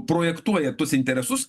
projektuoja tus interesus